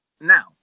Now